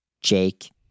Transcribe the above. Jake